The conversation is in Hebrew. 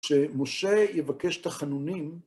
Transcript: כשמשה יבקש את החנונים,